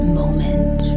moment